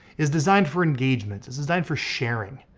is designed for engagement. it's designed for sharing.